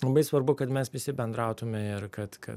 labai svarbu kad mes visi bendrautume ir kad kad